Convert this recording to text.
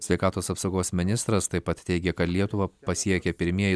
sveikatos apsaugos ministras taip pat teigė kad lietuvą pasiekė pirmieji